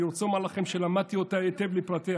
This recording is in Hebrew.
אני רוצה לומר לכם שלמדתי אותה היטב לפרטיה.